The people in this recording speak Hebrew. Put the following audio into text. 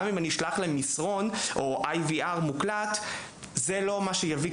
גם אם אשלח להם מסרון או מסר מוקלט זה לא מה שיביא אותם.